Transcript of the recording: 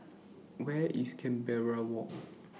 Where IS Canberra Walk